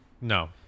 No